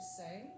say